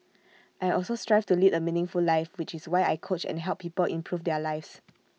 I also strive to lead A meaningful life which is why I coach and help people improve their lives